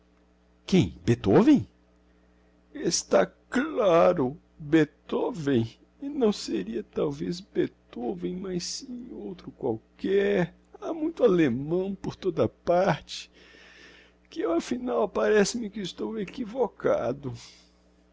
beethoven está c laro beethoven e não seria talvez beethoven mas sim outro qualquer ha muito allemão por toda a parte que eu afinal parece-me que estou equivocado